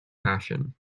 passion